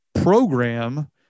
program –